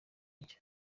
nshya